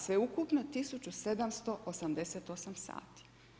Sveukupno 1788 sati.